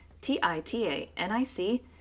T-I-T-A-N-I-C